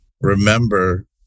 Remember